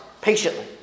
patiently